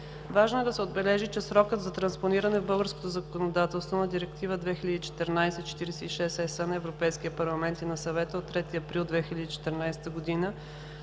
Важно е да се отбележи, че срокът за транспониране в българското законодателство на Директива 2014/46/ЕС на Европейския парламент и на Съвета от 3 април 2014